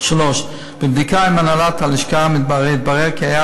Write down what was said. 3. בבדיקה עם הנהלת הלשכה התברר כי היה